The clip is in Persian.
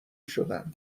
شدم